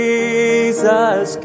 Jesus